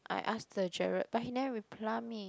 I ask the Jared but he never reply me